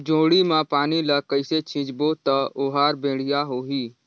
जोणी मा पानी ला कइसे सिंचबो ता ओहार बेडिया होही?